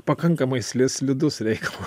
pakankamai sli slidus reikalas